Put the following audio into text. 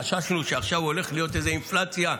חששנו שעכשיו הולכת להיות איזו אינפלציה,